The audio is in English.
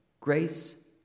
Grace